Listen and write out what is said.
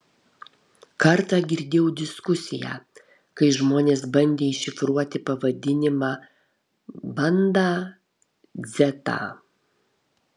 kartą girdėjau diskusiją kai žmonės bandė iššifruoti pavadinimą bandą dzeta